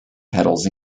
pedals